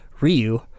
Ryu